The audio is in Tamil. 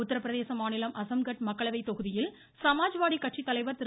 உத்தரப்பிரதேச மாநிலம் அஸம்கட் மக்களவைத் தொகுதியில் சமாஜ்வாடிக் கட்சித்தலைவர் திரு